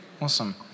Awesome